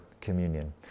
communion